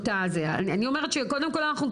אני אומרת שקודם כל אנחנו,